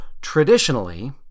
traditionally